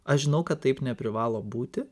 aš žinau kad taip neprivalo būti